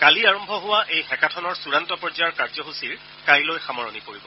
কালি আৰম্ভ হোৱা এই হেকাথনৰ চূড়ান্ত পৰ্যায়ৰ কাৰ্যসূচীৰ কাইলৈ সামৰণি পৰিব